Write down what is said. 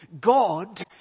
God